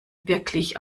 wirklich